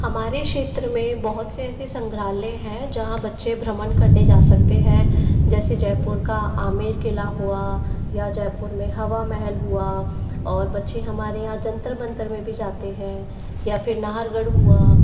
हमारे क्षेत्र में बहुत से ऐसे संग्रहालय हैं जहा बच्चे भ्रमण करने जा सकते हैं जैसे जयपुर का आमेर किला हुआ या जयपुर में हवा महल हुआ और बच्चे हमारे यहाँ जंतर मंतर में भी जाते हैं या फिर नहरगढ़ हुआ